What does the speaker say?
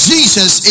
Jesus